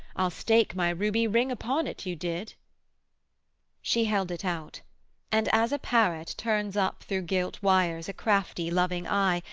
i'll stake my ruby ring upon it you did she held it out and as a parrot turns up through gilt wires a crafty loving eye,